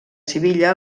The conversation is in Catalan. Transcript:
sevilla